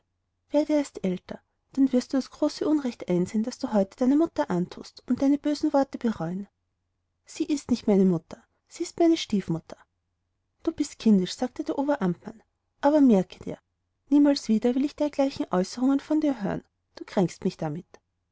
werde erst älter dann wirst du das große unrecht einsehen das du heute deiner mutter anthust und deine bösen worte bereuen sie ist nicht meine mutter sie ist meine stiefmutter du bist kindisch sagte der oberamtmann aber merke dir niemals wieder will ich dergleichen aeußerungen von dir hören du kränkst mich damit